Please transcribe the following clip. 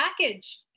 package